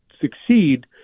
succeed